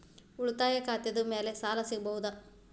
ಉಳಿತಾಯ ಖಾತೆದ ಮ್ಯಾಲೆ ಸಾಲ ಸಿಗಬಹುದಾ?